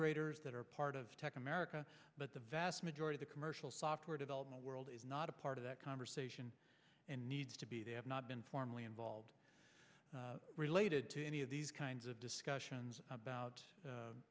grators that are part of america but the vast majority the commercial software development world is not a part of that conversation and needs to be they have not been formally involved related to any of these kinds of discussions about